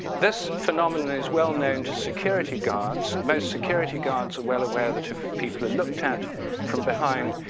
this phenomenon is well known to security guards. most security guards are well aware that if people are looked at from behind,